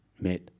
met